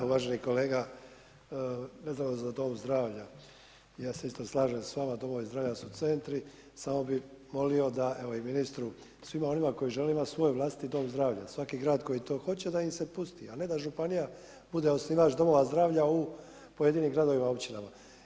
Uvaženi kolega, vezano za dom zdravlja, ja se isto slažem s vama, domovi zdravlja su centri samo bi molio da, evo i ministru, svima onima koji žele imati svoj vlastiti dom zdravlja, svaki grad koji to hoće da im se pusti a ne da županija bude osnivač domova zdravlja u pojedinim gradovima, općinama.